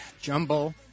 jumble